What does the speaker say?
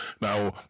Now